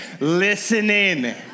listening